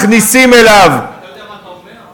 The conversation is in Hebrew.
אבל אתה מקשיב, אתה יודע מה שאתה אומר?